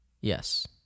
yes